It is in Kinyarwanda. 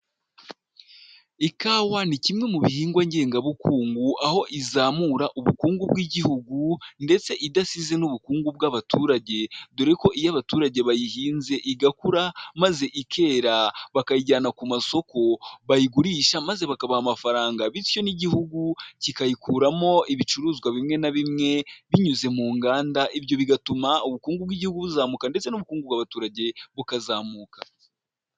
Ikawa ni kimwe mu bihingwa ngengabukungu, aho izamura ubukungu bw'igihugu ndetse idasize n'ubukungu bw'abaturage, dore ko iyo abaturage bayihinze igakura, maze ikera, bakayijyana ku masoko, bayigurisha maze bakabaha amafaranga, bityo n'igihugu kikayikuramo ibicuruzwa bimwe na bimwe binyuze mu nganda, ibyo bigatuma ubukungu bw'igihugu buzamuka ndetse n'ubukungu bw'abaturage bukazamuka.